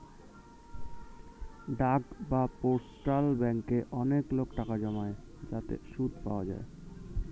ডাক বা পোস্টাল ব্যাঙ্কে অনেক লোক টাকা জমায় যাতে সুদ পাওয়া যায়